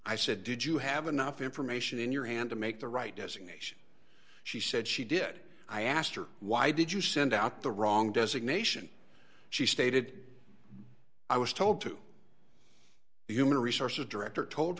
i said did you have enough information in your hand to make the right designation she said she did i asked her why did you send out the wrong designation she stated i was told to the human resources director told